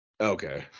Okay